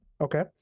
okay